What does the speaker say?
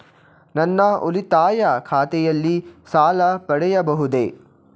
ನನ್ನ ಉಳಿತಾಯ ಖಾತೆಯಲ್ಲಿ ಸಾಲ ಪಡೆಯಬಹುದೇ?